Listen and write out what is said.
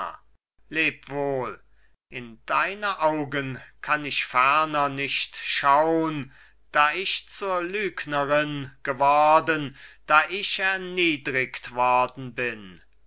leb wohl in deine augen kann ich ferner nicht schau'n da ich zur lügnerin geworden da ich erniedrigt worden bin